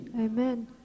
Amen